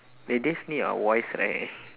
they just need our voice right